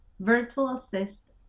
virtualassist